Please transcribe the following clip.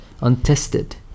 untested